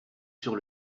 sur